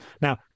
Now